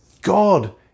God